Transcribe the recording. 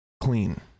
clean